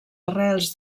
arrels